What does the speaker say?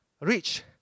rich